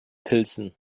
pilsen